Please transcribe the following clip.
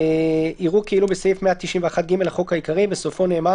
יראו כאילו בסעיף 191 (ג) לחוק העיקרי - בסופו נאמר